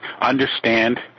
understand